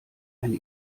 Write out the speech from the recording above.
eine